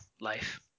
life